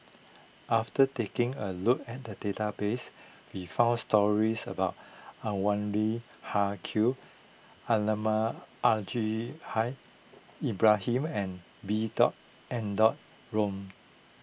after taking a look at the database we found stories about Anwarul Haque Al Haj Ibrahim and B dot N dot Room